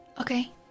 okay